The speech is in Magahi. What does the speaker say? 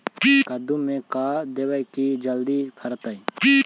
कददु मे का देबै की जल्दी फरतै?